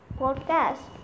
podcast